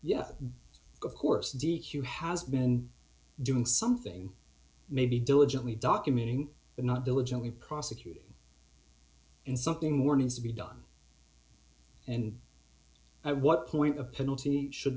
yes of course d q has been doing something maybe diligently documenting but not diligently prosecuted and something more needs to be done and i what point a penalty should